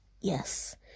Yes